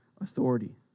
authority